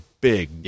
big